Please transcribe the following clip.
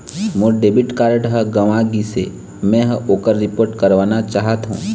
मोर debit card ह गंवा गिसे, मै ह ओकर रिपोर्ट करवाना चाहथों